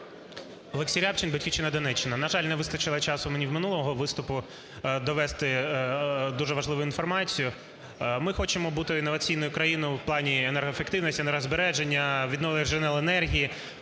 Олексій Рябчин, "Батьківщина", Донеччина. На жаль, не вистачило часу мені минулого виступу довести дуже важливу інформацію. Ми хочемо бути інноваційною країною в плані енергоефективності, енергозбереження, відновлювальних джерел енергії,